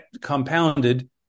compounded